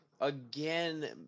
Again